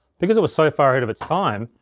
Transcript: because it was so far ahead of its time,